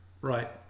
Right